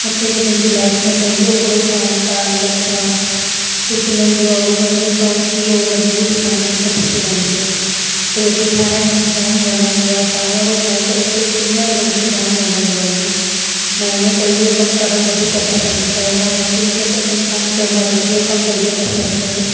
मूंखे जीअं पंहिंजी लाइफ में पंहिंजो हिकिड़ो शौंक़ु आहे अलॻि सां टिफ़िननि जो आहे उहो त मुंहिंजो शौंक़ु ई हुहो मज़बूरी कोन्हे मूंखे टिफ़िननि जो रोटी खाराइणु मूंखे जाम वणंदो आहे साम्हूं वारो खाई करे ख़ुश थींदो आहे न पोइ मूंखे जाम वणंदो आहे इहो मां इनजे करे इहो कम वधीक करणु पसंदि कयो मां मशीन खे पसंदि कोन्ह कयो मां रोटी जो पहिरियों पसंदि कयो